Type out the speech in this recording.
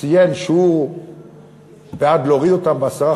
ציין שהוא בעד להוריד אותם ב-10%,